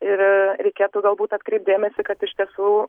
ir reikėtų galbūt atkreipt dėmesį kad iš tiesų